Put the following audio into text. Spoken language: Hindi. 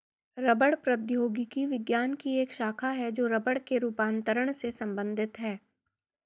रबड़ प्रौद्योगिकी विज्ञान की एक शाखा है जो रबड़ के रूपांतरण से संबंधित है